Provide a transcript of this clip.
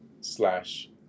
slash